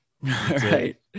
Right